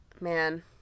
Man